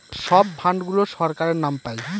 সব ফান্ড গুলো সরকারের নাম পাই